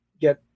get